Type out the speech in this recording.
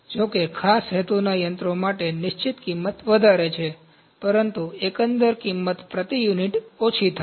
જો કે ખાસ હેતુના યંત્રો માટે નિશ્ચિત કિંમત વધારે છે પરંતુ એકંદર કિંમત પ્રતિ યુનિટ ઓછી થાય છે